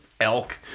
elk